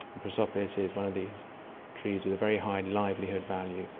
prosopis is one of these trees with a very high livelihood value,